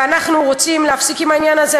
ואנחנו רוצים להפסיק את העניין הזה.